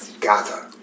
gather